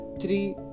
three